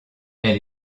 elle